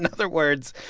and other words,